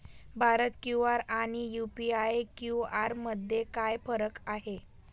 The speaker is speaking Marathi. भारत क्यू.आर आणि यू.पी.आय क्यू.आर मध्ये काय फरक आहे?